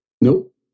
Nope